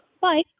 Bye